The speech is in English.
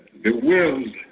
Bewildered